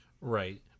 Right